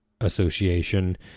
Association